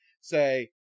say